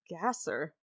Gasser